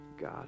God